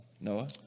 Noah